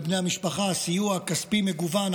לבני המשפחה: סיוע כספי מגוון,